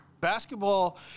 basketball